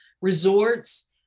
resorts